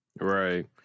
Right